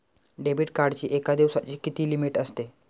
Debit कार्डची एका दिवसाची किती लिमिट असते?